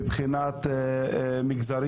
מבחינת מגזרים.